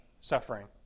suffering